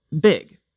big